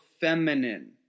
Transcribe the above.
feminine